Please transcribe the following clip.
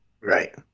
Right